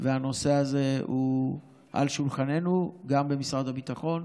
והנושא הזה הוא על שולחננו גם במשרד הביטחון